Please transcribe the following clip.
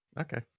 Okay